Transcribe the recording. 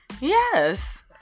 Yes